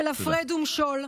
של הפרד ומשול.